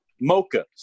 Mocha